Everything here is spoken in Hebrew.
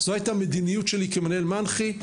זאת הייתה המדיניות שלי כמנהל מנח"י,